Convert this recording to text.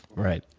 right.